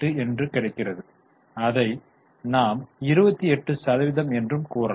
28 கிடைக்கிறது அதை நாம் 28 சதவீதம் என்று கூறலாம்